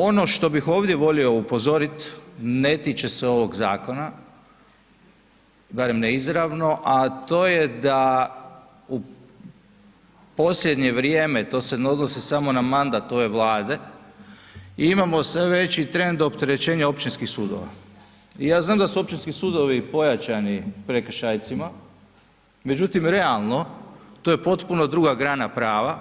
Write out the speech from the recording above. Ono što bih ovdje volio upozorit ne tiče ovog zakona, barem ne izravno a to je da u posljednje vrijeme, to se ne odnosi samo na mandat ove Vlade, imamo sve veći trend opterećenja općinskih sudova i ja znam da su općinski sudovi pojačani prekršajcima međutim realno, to je potpuno druga grana prava